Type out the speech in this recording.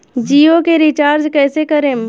जियो के रीचार्ज कैसे करेम?